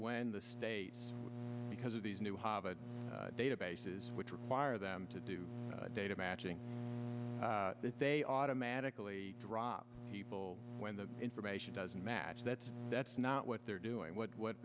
when the states because of these new hobbit databases which require them to do data matching that they automatically drop people when the information doesn't match that that's not what they're doing what